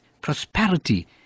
prosperity